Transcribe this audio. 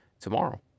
tomorrow